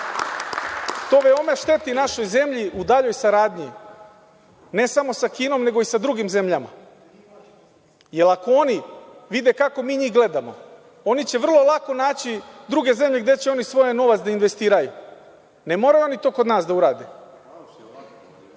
To veoma šteti našoj zemlji u daljoj saradnji, ne samo sa Kinom, nego i sa drugim zemljama, jer ako oni vide kako mi njih gledamo, oni će vrlo lako naći druge zemlje gde će oni svoj novac da investiraju. Ne moraju oni to kod nas da urade. Ja